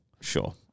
sure